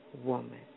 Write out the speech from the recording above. woman